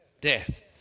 Death